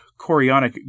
chorionic